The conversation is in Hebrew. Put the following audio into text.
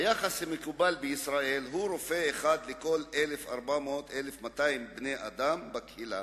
היחס המקובל בישראל הוא רופא אחד לכל 1,200 1,400 בני-אדם בקהילה.